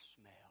smell